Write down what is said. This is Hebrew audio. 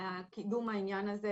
קידום העניין הזה.